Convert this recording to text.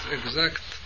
exact